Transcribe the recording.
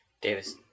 Davis